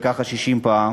וככה 60 פעם,